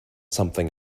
something